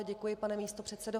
Děkuji, pane místopředsedo.